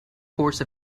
course